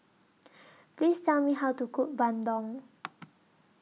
Please Tell Me How to Cook Bandung